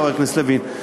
חבר הכנסת לוין,